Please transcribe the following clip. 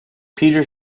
peter